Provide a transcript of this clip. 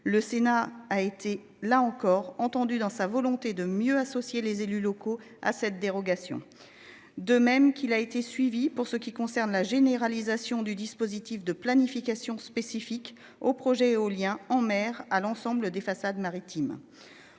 Le Sénat a été là encore entendu dans sa volonté de mieux associer les élus locaux à cette dérogation. De même qu'il a été suivi pour ce qui concerne la généralisation du dispositif de planification spécifique au projet éolien en mer à l'ensemble des façades maritimes.